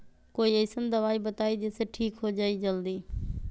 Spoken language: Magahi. कोई अईसन दवाई बताई जे से ठीक हो जई जल्दी?